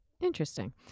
Interesting